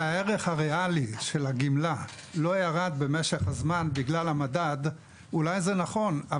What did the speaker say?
בגלל המדד במשך הזמן יכול להיות שזה נכון,